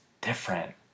different